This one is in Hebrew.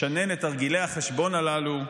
לשנן את תרגילי החשבון הללו,